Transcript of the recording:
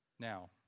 Now